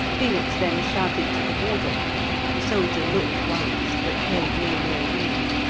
felix then shouted to the warder the soldier looked once, but paid no more heed.